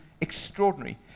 extraordinary